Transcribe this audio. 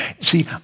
See